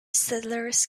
settlers